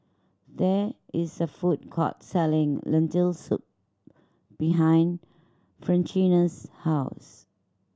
there is a food court selling Lentil Soup behind Francina's house